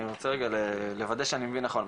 אני רוצה רגע לוודא שאני מבין נכון.